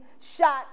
shot